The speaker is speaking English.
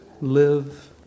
live